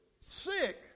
sick